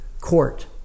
Court